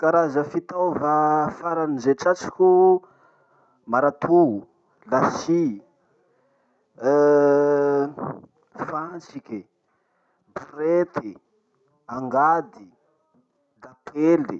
Karaza fitaova farany zay tratriko: marito, la scie, fantsiky, borety, angady, dapely.